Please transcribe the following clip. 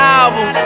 album